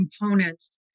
components